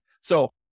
So-